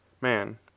man